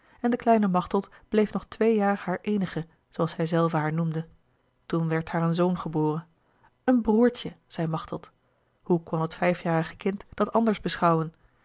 en de kleine machteld bleef nog twee jaar haar eenige zooals zij zelve haar noemde toen werd haar een zoon geboren een broertje zeî machteld hoe kon het vijfjarige kind dat anders beschouwen